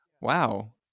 wow